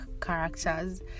characters